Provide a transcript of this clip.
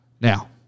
Now